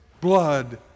blood